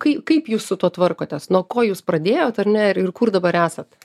kai kaip jūs su tuo tvarkotės nuo ko jūs pradėjot ar ne ir ir kur dabar esat